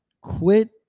quit